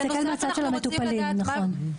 למשל,